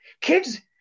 Kids